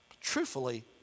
Truthfully